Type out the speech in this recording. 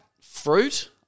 fruit